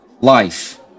life